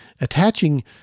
Attaching